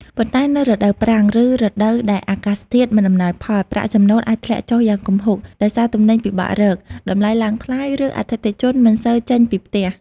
ប៉ុន្តែនៅរដូវប្រាំង ឬរដូវដែលអាកាសធាតុមិនអំណោយផល ប្រាក់ចំណូលអាចធ្លាក់ចុះយ៉ាងគំហុក ដោយសារទំនិញពិបាករក តម្លៃឡើងថ្លៃ ឬអតិថិជនមិនសូវចេញពីផ្ទះ។